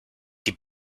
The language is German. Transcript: die